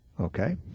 Okay